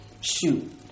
shoot